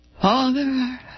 Father